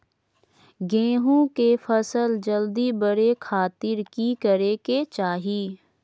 गेहूं के फसल जल्दी बड़े खातिर की करे के चाही?